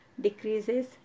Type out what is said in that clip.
decreases